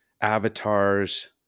avatars